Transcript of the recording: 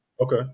Okay